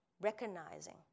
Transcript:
recognizing